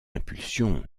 impulsion